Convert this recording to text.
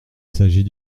s’agit